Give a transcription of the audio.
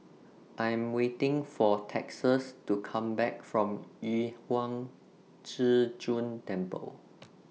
I Am waiting For Texas to Come Back from Yu Huang Zhi Zun Temple